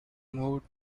moved